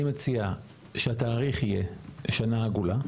אני מציע שהתאריך יהיה שנה עגולה.